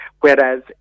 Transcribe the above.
whereas